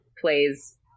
plays